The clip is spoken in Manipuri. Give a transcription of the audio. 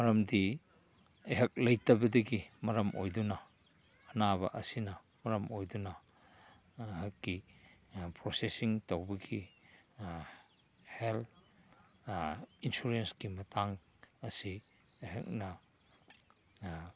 ꯃꯔꯝꯗꯤ ꯑꯩꯍꯥꯛ ꯂꯩꯇꯕꯗꯒꯤ ꯃꯔꯝ ꯑꯣꯏꯗꯨꯅ ꯑꯅꯥꯕ ꯑꯁꯤꯅ ꯃꯔꯝ ꯑꯣꯏꯗꯨꯅ ꯑꯩꯍꯥꯛꯀꯤ ꯄ꯭ꯔꯣꯁꯦꯁꯁꯤꯡ ꯇꯧꯕꯒꯤ ꯍꯦꯜꯠ ꯏꯟꯁꯨꯔꯦꯟꯁꯀꯤ ꯃꯇꯥꯡ ꯑꯁꯤ ꯑꯩꯍꯥꯛꯅ